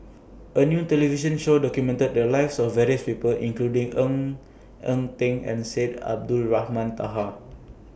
A New television Show documented The Lives of various People including Ng Eng Teng and Syed Abdulrahman Taha